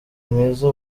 mwiza